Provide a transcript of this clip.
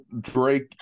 Drake